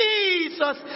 Jesus